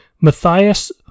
Matthias